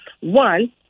One